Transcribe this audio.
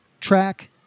track